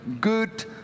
good